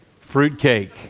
Fruitcake